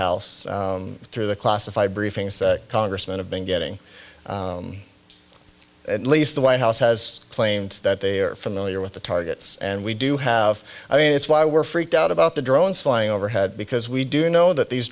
house through the classified briefings congressman have been getting at least the white house has claimed that they are familiar with the targets and we do have i mean that's why we're freaked out about the drones flying overhead because we do know that these